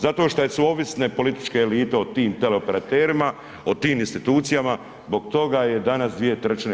Zato što su ovisne političke elite o tim teleoperaterima, o tim institucijama, zbog toga je danas 2/